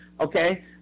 okay